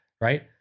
right